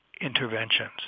interventions